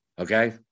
Okay